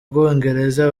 bwongereza